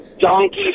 donkey